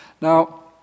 Now